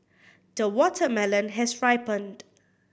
the watermelon has ripened